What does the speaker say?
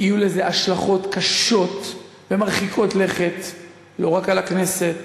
יהיו לזה השלכות קשות ומרחיקות לכת לא רק על הכנסת,